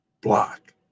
block